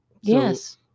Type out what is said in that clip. Yes